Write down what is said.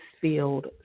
field